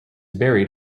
buried